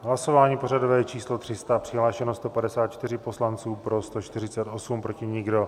Hlasování pořadové číslo 300, přihlášeno 154 poslanců, pro 148, proti nikdo.